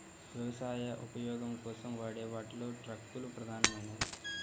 వ్యవసాయ ఉపయోగం కోసం వాడే వాటిలో ట్రక్కులు ప్రధానమైనవి